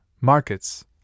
markets